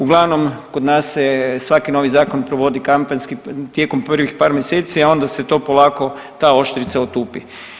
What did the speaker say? Uglavnom, kod nas svaki novi zakon provodi kampanjski tijekom prvih par mjeseci, a onda se to polako, ta oštrica otupi.